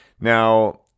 Now